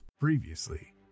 Previously